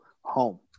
home